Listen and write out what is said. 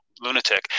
lunatic